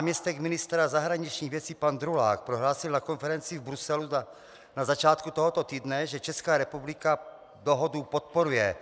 Náměstek ministra zahraničních věcí pan Drulák prohlásil na konferenci v Bruselu na začátku tohoto týdne, že Česká republika dohodu podporuje.